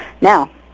Now